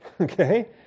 okay